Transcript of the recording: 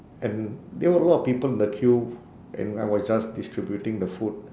and there were a lot of people in the queue and I was just distributing the food